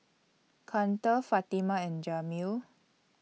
Karter Fatima and Jameel